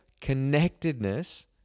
connectedness